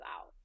out